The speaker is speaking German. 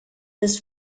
des